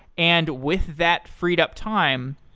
and with that freed up time,